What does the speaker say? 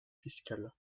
fiscal